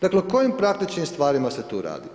Dakle, o kojim praktičnim stvarima se tu radi?